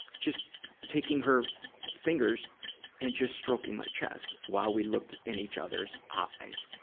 just taking her fingers and just stroking my chest, while we looked in each other's eyes.